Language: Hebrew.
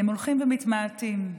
הולכים ומתמעטים.